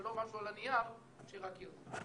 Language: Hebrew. ולא רק פה על הנייר שרק יזיק.